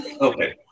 Okay